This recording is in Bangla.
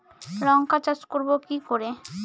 লঙ্কা চাষ করব কি করে?